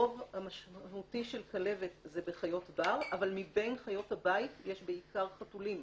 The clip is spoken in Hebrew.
הרוב המשמעותי של כלבת זה בחיות בר אבל מבין חיות הבית יש בעיקר חתולים,